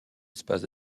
espaces